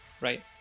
right